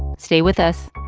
stay with us